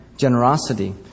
generosity